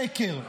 שקר.